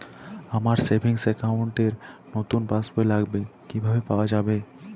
আমার savings account র নতুন পাসবই লাগবে, কিভাবে পাওয়া যাবে?